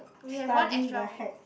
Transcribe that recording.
studying the heck